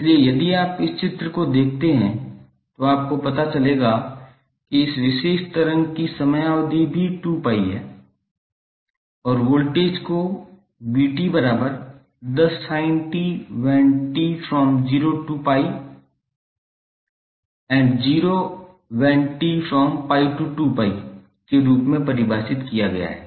इसलिए यदि आप इस चित्र को देखते हैं तो आपको पता चलेगा कि इस विशेष तरंग की समयावधि भी 2𝜋 है और वोल्टेज को 𝑣𝑡10sin𝑡 0𝑡𝜋0 𝜋𝑡2𝜋 के रूप में परिभाषित किया गया है